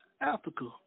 Africa